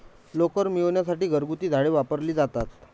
लोकर मिळविण्यासाठी घरगुती झाडे वापरली जातात